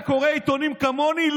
אתה קורא עיתונים כמוני?